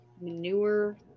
manure